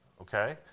okay